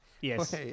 Yes